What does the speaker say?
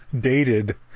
dated